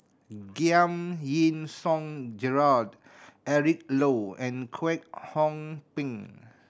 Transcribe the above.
Giam Yean Song Gerald Eric Low and Kwek Hong Png